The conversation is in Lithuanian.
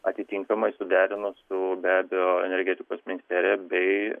atitinkamai suderinus su be abejo energetikos ministerija bei